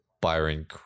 Byron